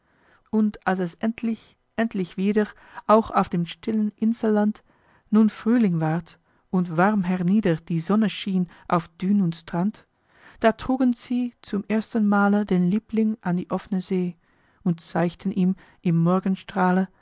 und als es endlich endlich wieder auch auf dem stillen inselland nun frühling ward und warm hernieder die sonne schien auf dün und strand da trugen sie zum ersten male den liebling an die offne see und zeigten ihm im morgenstrahle